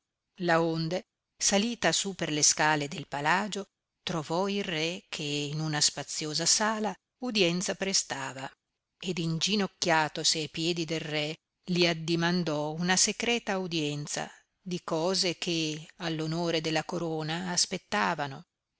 aggiunse laonde salita su per le scale del palagio trovò il re che in una spaziosa sala udienza prestava e inginocchiatasi a piedi del re li addimandò una secreta audienza di cose che all'onore della corona aspettavano